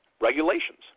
regulations